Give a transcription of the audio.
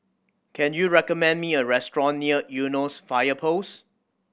can you recommend me a restaurant near Eunos Fire Post